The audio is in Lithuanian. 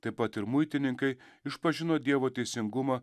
taip pat ir muitininkai išpažino dievo teisingumą